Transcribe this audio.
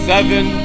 Seven